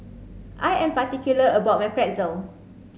I am particular about my Pretzel